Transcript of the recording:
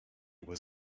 was